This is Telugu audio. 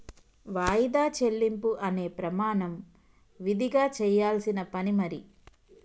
వాయిదా చెల్లింపు అనే ప్రమాణం విదిగా చెయ్యాల్సిన పని మరి